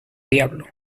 diablo